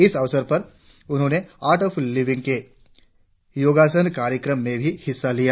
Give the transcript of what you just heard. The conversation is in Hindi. इस अवसर पर उन्होंने आर्ट ऑफ लिविंग के योगासन कार्यक्रम में भी हिस्सा लिया